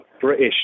British